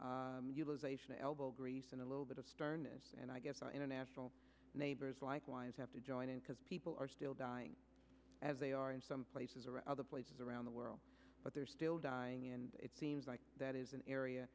an elbow grease and a little bit of sternness and i guess our international neighbors likewise have to join in because people are still dying as they are in some places or other places around the world but they're still dying and it seems like that is an area